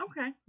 Okay